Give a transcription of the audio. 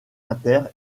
inter